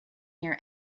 near